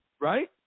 right